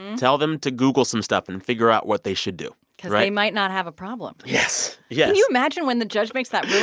and tell them to google some stuff and figure out what they should do because they might not have a problem yes, yes can you imagine when the judge makes that ruling?